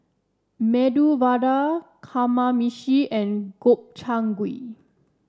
Medu Vada Kamameshi and Gobchang Gui